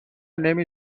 نمی